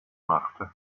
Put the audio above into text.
machte